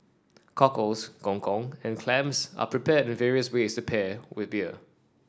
cockles gong gong and clams are prepared in various ways to pair with beer